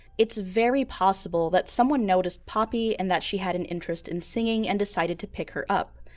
it's very possible that someone noticed poppy and that she had an interest in singing and decided to pick her up.